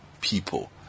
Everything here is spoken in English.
people